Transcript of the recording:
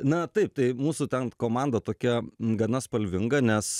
na taip tai mūsų ten komanda tokia gana spalvinga nes